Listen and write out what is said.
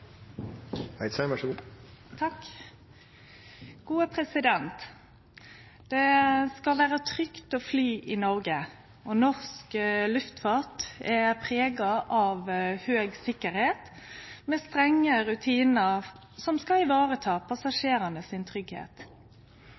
Det skal vere trygt å fly i Noreg, og norsk luftfart er prega av høg sikkerheit, med strenge rutinar som skal